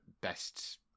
Best